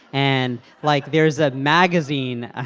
and like, there's a magazine. ah